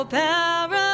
power